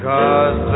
Cause